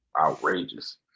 outrageous